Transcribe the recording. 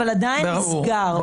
אבל עדיין נסגר.